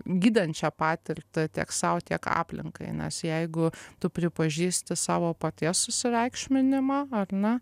gydančią patirtį tiek sau tiek aplinkai nes jeigu tu pripažįsti savo paties susireikšminimą ar ne